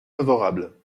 favorable